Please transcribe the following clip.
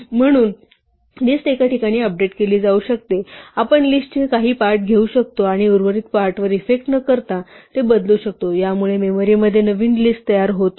म्हणून लिस्ट एका ठिकाणी अपडेट केली जाऊ शकते आपण लिस्टचे काही पार्ट घेऊ शकतो आणि उर्वरित पार्ट वर इफेक्ट न करता ते बदलू शकतो यामुळे मेमरीमध्ये नवीन लिस्ट तयार होत नाही